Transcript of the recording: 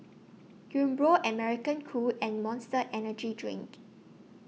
Umbro American Crew and Monster Energy Drink